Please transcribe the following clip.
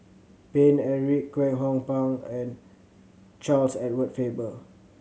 Paine Eric Kwek Hong Png and Charles Edward Faber